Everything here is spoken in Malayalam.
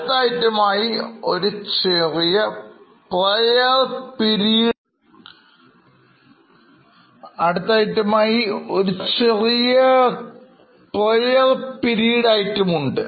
അടുത്ത item മായി ഒരു ചെറിയ prior period itemഉണ്ട്